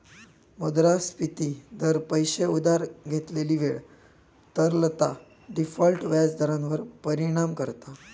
मुद्रास्फिती दर, पैशे उधार घेतलेली वेळ, तरलता, डिफॉल्ट व्याज दरांवर परिणाम करता